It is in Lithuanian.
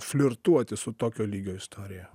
flirtuoti su tokio lygio istorija